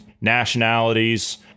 Nationalities